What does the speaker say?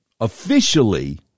officially